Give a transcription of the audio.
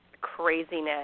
craziness